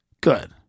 good